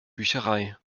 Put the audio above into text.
bücherei